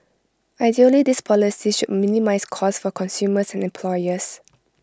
ideally these policies minimise cost for consumers and employers